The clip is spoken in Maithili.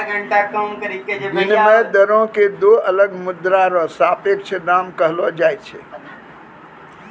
विनिमय दरो क दो अलग मुद्रा र सापेक्ष दाम कहलो जाय छै